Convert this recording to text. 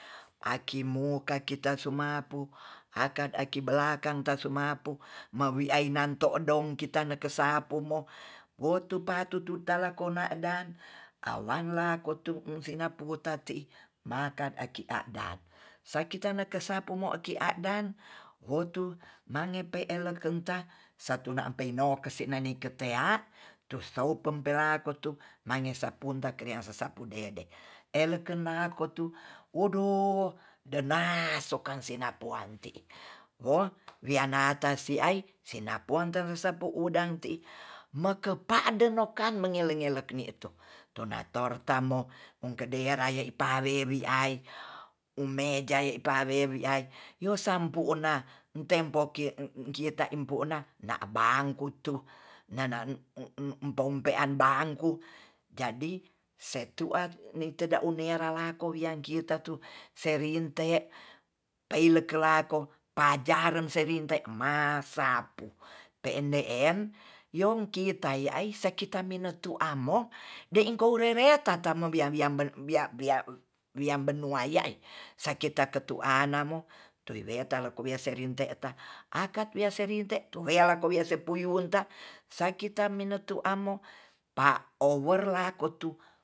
Akimu kakita sumapu aka aki belakang tasu mapu mawi nanto dong kita nekesapumo wotu pa tututala kona dang awala kotu musina putar ti'i maka eki adan sakina nekespu moki adan hotu mangepe elekenta satu na epeine kesene ketea tu soupem pelako tu mangesa punta kreasa sapu dede eleken nakotu odo denaso kansena puanti'i wo wianata siai sinaponter sapu udang ti'i mekepa derokan mengele-ngele ni tu to nator tamo wong kadea rae ipa wewei ai umei meja pawewe ai yo sampu na tempo ki kita impuna na bangkutu nena pompean bangku jadi setuak neteda unie ralako wiakita tu serinte peile kelako pajaren se rinte masapu pe'en de'en young kita yae ai sakita minotu amo deing ko rere tata mobia bia-bia-biabennua ya'i sakita ketu anamo towiweta leku wece rinteta akat weserinte tu weyalako wea sepuyunta sakita menitu amo pa owe lakotu